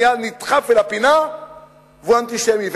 מייד נדחף אל הפינה והוא אנטישמי.